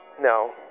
No